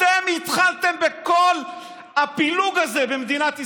אתם התחלתם בכל הפילוג הזה במדינת ישראל,